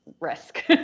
risk